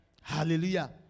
hallelujah